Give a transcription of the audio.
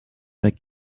that